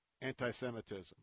anti-Semitism